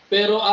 Pero